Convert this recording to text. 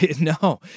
No